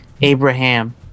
Abraham